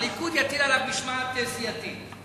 הליכוד יטיל עליו משמעת סיעתית.